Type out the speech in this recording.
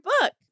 book